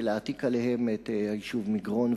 ולהעתיק אליהן את היישוב מגרון.